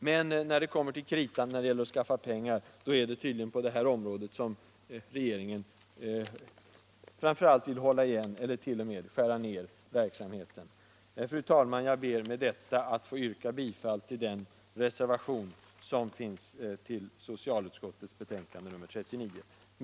Men när det kommer till kritan, när det gäller att skaffa pengar är det tydligen framför allt på det här området som regeringen vill hålla igen och t.o.m. skära ned verksamheten. Fru talman! Jag ber med detta att få yrka bifall till den reservation som fogats till socialutskottets betänkande nr 39.